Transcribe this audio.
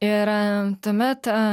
ir tuomet